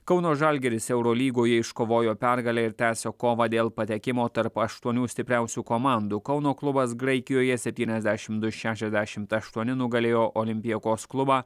kauno žalgiris eurolygoje iškovojo pergalę ir tęsia kovą dėl patekimo tarp aštuonių stipriausių komandų kauno klubas graikijoje septyniasdešim du šešiasdešimt aštuoni nugalėjo olympiakos klubą